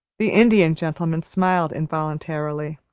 the indian gentleman smiled involuntarily,